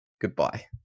goodbye